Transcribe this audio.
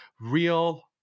real